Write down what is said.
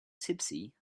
tipsy